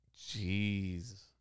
Jeez